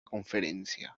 conferencia